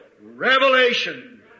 revelation